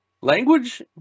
Language